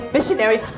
Missionary